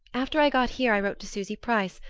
after i got here i wrote to susy price,